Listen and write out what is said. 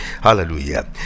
hallelujah